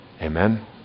amen